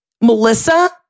Melissa